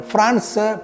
France